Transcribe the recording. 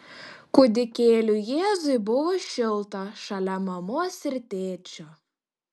kūdikėliui jėzui buvo šilta šalia mamos ir tėčio